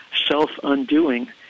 self-undoing